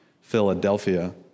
Philadelphia